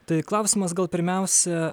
tai klausimas gal pirmiausia